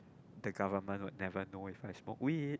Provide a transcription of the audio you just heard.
the government would never know if I smoke weed